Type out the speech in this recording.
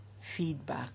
feedback